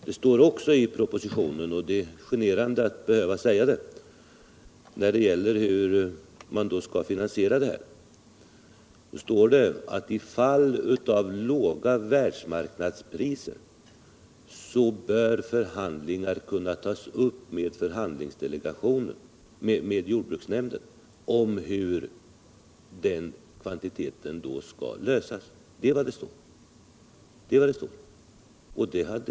Det står också i propositionen — det är generande att behöva påpeka det — i fråga om finansieringen att i fall av låga världsmarknadspriser bör förhandlingar kunna tas upp med jordbruksnämnden om hur underskottet skall regleras.